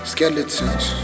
Skeletons